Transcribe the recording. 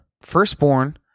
firstborn